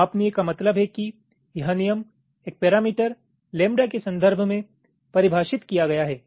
मापनीय का मतलब है कि यह नियम एक पैरामीटर लेम्बडा के संदर्भ में परिभाषित किया गया है